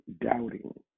doubting